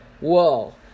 whoa